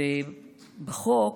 בחוק,